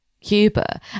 Cuba